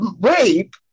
Rape